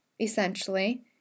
essentially